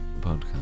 podcast